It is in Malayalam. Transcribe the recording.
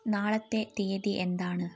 നാളത്തെ തീയതി എന്താണ്